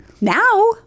now